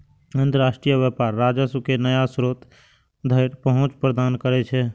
अंतरराष्ट्रीय व्यापार राजस्व के नया स्रोत धरि पहुंच प्रदान करै छै